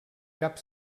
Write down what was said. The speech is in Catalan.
cap